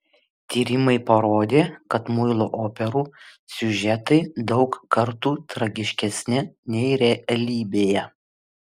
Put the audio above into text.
tyrimai parodė kad muilo operų siužetai daug kartų tragiškesni nei realybėje